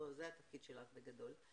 זה התפקיד שלך בגדול?